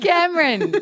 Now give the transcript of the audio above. Cameron